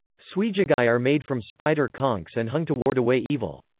suijigai are made from spider conchs and hung to ward away evil.